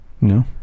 No